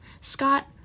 Scott